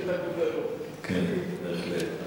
כן, בהחלט.